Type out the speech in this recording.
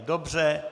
Dobře.